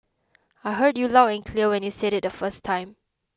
I heard you loud and clear when you said it the first time